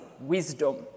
wisdom